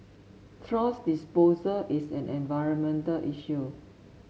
thrash disposal is an environmental issue